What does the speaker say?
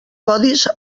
codis